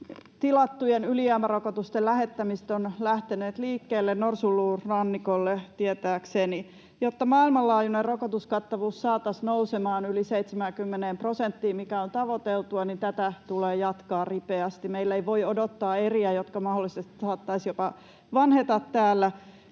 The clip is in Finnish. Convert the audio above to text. tilattujen ylijäämärokotusten lähettämiset ovat lähteneet liikkeelle, Norsunluurannikolle tietääkseni. Jotta maailmanlaajuinen rokotuskattavuus saataisiin nousemaan yli 70 prosenttiin, mikä on tavoiteltua, tätä tulee jatkaa ripeästi. Meillä ei voi odottaa eriä, jotka mahdollisesti saattaisivat jopa vanheta täällä,